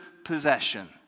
possession